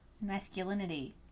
masculinity